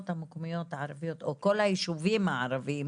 המקומיות הערביות או כל היישובים הערביים,